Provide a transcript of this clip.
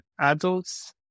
adults